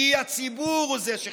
כי הציבור הוא זה שחשוב.